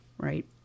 Right